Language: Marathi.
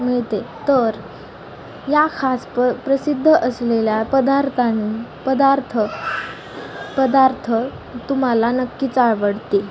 मिळते आहे तर या खास प् प्रसिद्ध असलेल्या पदार्थांनी पदार्थ पदार्थ तुम्हाला नक्कीच आवडतील